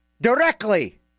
directly